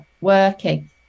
working